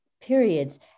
periods